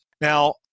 Now